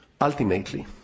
Ultimately